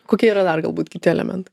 kokie yra dar galbūt kiti elementai